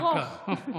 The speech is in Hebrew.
הרוך.